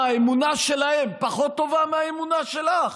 מה, האמונה שלהם פחות טובה מהאמונה שלך?